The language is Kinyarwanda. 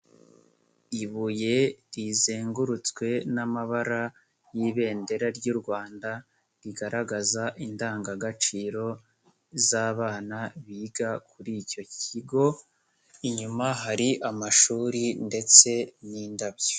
Ibuye rizengurutswe n'amabara y'ibendera ry'u Rwanda rigaragaza indangagaciro z'abana biga kuri icyo kigo, inyuma hari amashuri ndetse n'indabyo.